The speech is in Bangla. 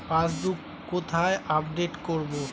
পাসবুক কোথায় আপডেট করব?